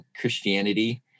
Christianity